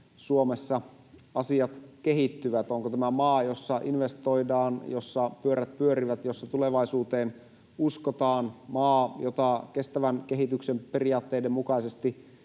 Suomessa asiat kehittyvät. Onko tämä maa, jossa investoidaan, jossa pyörät pyörivät, jossa tulevaisuuteen uskotaan, maa, jota kestävän kehityksen periaatteiden mukaisesti